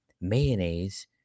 mayonnaise